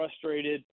frustrated